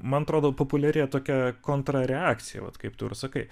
man atrodo populiarėja tokia kontrareakcija vat kaip tu ir sakai